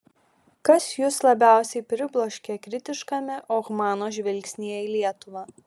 kas jus labiausiai pribloškė kritiškame ohmano žvilgsnyje į lietuvą